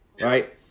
right